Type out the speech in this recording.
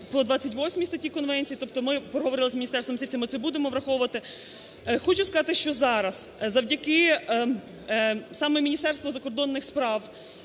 по 28 статті конвенції, тобто ми проговорили з Міністерством юстиції, ми це будемо враховувати. Хочу сказати, що зараз завдяки саме Міністерству закордонних справ,